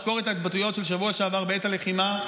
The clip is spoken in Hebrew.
לחקור את ההתבטאויות של השבוע שעבר בעת הלחימה,